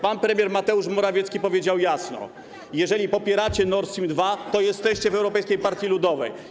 Pan premier Mateusz Morawiecki powiedział jasno: jeżeli popieracie Nord Stream 2, to jesteście w Europejskiej Partii Ludowej.